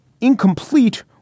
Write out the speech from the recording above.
incomplete